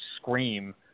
scream